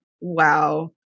wow